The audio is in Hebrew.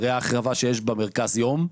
כזו שיש בה מרכז יום,